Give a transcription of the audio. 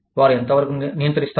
వారు ఎంత వరకు నియంత్రిస్తారు